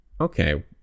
Okay